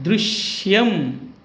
दृश्यम्